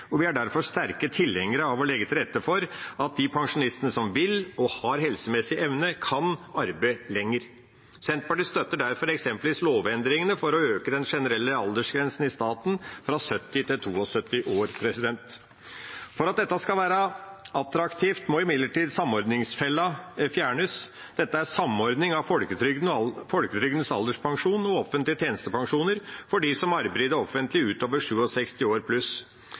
og vi er derfor sterke tilhengere av å legge til rette for at de pensjonistene som vil og har helsemessig evne, kan arbeide lenger. Senterpartiet støtter derfor eksempelvis lovendringene for å øke den generelle aldersgrensen i staten fra 70 til 72 år. For at dette skal være attraktivt må imidlertid samordningsfella fjernes. Dette er samordning av folketrygdens alderspensjon og offentlige tjenestepensjoner for de som arbeider i det offentlige utover 67 år.